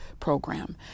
program